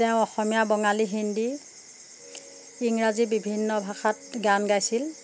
তেওঁ অসমীয়া বঙালী হিন্দি ইংৰাজী বিভিন্ন ভাষাত গান গাইছিল